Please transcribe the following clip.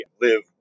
live